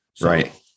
Right